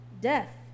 Death